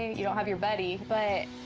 you don't have your buddy, but